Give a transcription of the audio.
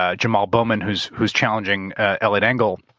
ah jamaal bowman who's, who's challenging eliot engel,